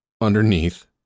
underneath